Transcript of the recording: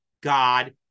God